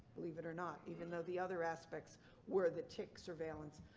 believe it or not, even though the other aspects were the tick surveillance.